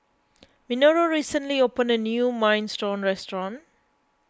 Minoru recently opened a new Minestrone restaurant